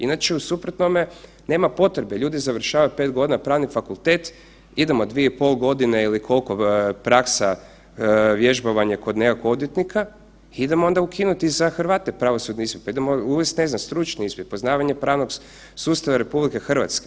Inače, u suprotnome, nema potrebe, ljudi završavaju 5 godina pravni fakultet, idemo 2 i pol godine ili koliko praksa, vježbovanje kod nekakvog odvjetnika, idemo onda ukinuti i za Hrvate pravosudni ispit pa idemo uvesti, ne znam, stručni ispit, poznavanje pravnog sustava RH.